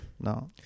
No